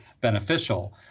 beneficial